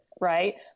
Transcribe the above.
right